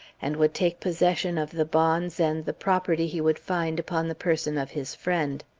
and would take possession of the bonds and the property he would find upon the person of his friend.